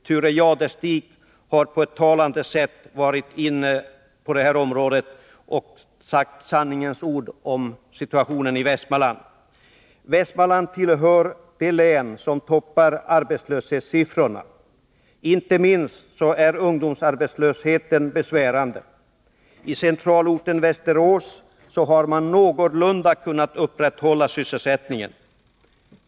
Thure Jadestig har på ett talande sätt berört det här området och sagt sanningens ord om situationen i Västmanland. Västmanlands län är ett av de län som toppar arbetslöshetssiffrorna. Inte minst är ungdomsarbetslösheten besvärande. I centralorten Västerås har man någorlunda kunnat upprätthålla sysselsättningen.